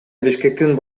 бишкектин